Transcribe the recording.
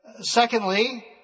secondly